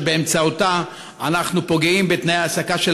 שבאמצעותה אנחנו פוגעים בתנאי ההעסקה של